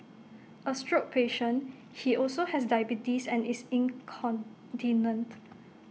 A stroke patient he also has diabetes and is incontinent